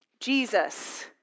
Jesus